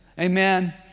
Amen